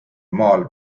maal